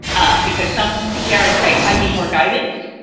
um because some parents say, i need more guidance,